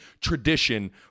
tradition